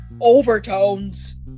overtones